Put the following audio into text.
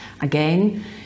Again